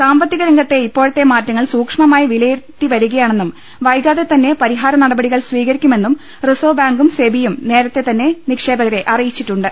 സാമ്പത്തികരംഗത്തെ ഇപ്പോഴത്തെ മാറ്റങ്ങൾ സൂക്ഷ്മമായി വിലയിരുത്തിവരികയാണെന്നും വൈകാതെ തന്നെ പരിഹാര നടപടികൾ സ്വീകരിക്കുമെന്നും റിസർവ് ബാങ്കും സെബിയും നേരത്തെ തന്നെ നിക്ഷേപകരെ അറിയിച്ചിട്ടുണ്ട്